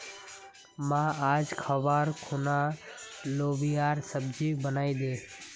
मां, आइज खबार खूना लोबियार सब्जी बनइ दे